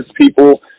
people